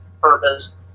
purpose